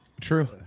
True